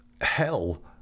hell